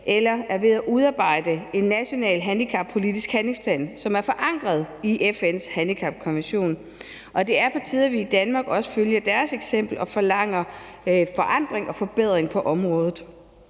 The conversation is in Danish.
eller er ved at udarbejde en national handicappolitisk handlingsplan, som er forankret i FN's handicapkonvention, og det er på tide, at vi i Danmark også følger deres eksempel og forlanger forandring og forbedring på området.